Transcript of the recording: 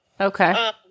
Okay